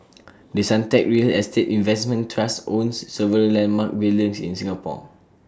the Suntec real estate investment trust owns several landmark buildings in Singapore